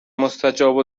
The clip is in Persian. مستجاب